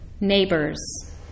neighbors